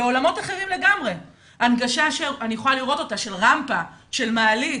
ואני יכולה לראות הנגשה של רמפה, מעלית.